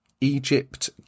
Egypt